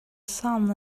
sun